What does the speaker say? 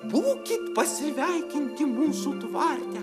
būkit pasveikinti mūsų tvarte